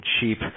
cheap